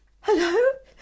Hello